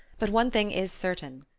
but one thing is certain.